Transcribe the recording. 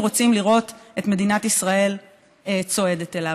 רוצים לראות את מדינת ישראל צועדת אליו.